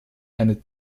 eine